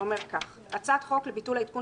כשהנוסח אומר כך: הצעת חוק לביטול העדכון